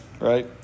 right